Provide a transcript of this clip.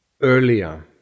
earlier